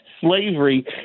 slavery